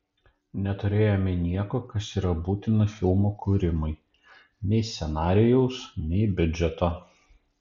neturėjome nieko kas yra būtina filmo kūrimui nei scenarijaus nei biudžeto